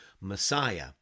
Messiah